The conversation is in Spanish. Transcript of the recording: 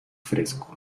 fresco